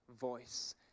Voice